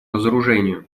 разоружению